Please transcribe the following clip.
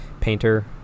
painter